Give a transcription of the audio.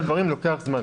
לוקח זמן.